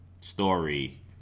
story